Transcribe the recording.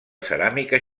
ceràmica